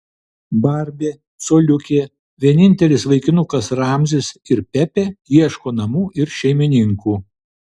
barbė coliukė vienintelis vaikinukas ramzis ir pepė ieško namų ir šeimininkų